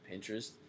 Pinterest